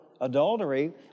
adultery